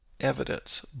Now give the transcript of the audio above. evidence